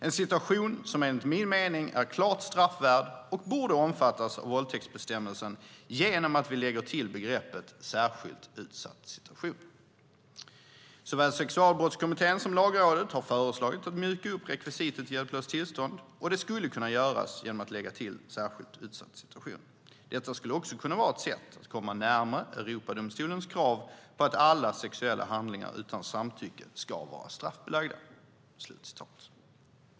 En situation som enligt min mening är klart straffvärd och borde omfattas av våldtäktsbestämmelsen genom att vi lägger till begreppet 'särskilt utsatt situation'. Såväl Sexualbrottskommittén som Lagrådet har föreslagit att mjuka upp rekvisitet hjälplöst tillstånd, och det skulle kunna göras genom att lägga till 'särskilt utsatt situation'. Detta skulle också kunna vara ett sätt att komma närmare Europadomstolens krav på att alla sexuella handlingar utan samtycke ska vara straffbelagda."